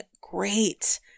great